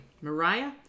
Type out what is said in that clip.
Mariah